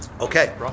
Okay